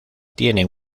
tienen